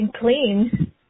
clean